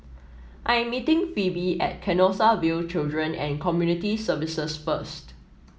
I am meeting Pheobe at Canossaville Children and Community Services first